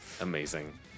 Amazing